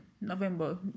november